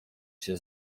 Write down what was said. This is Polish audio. się